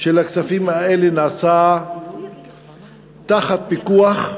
של הכספים האלה נעשה תחת פיקוח.